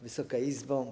Wysoka Izbo!